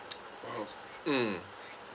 mm